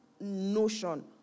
notion